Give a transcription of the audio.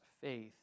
faith